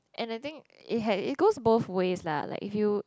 and I think it ha~ it goes both ways lah like if you